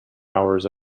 hours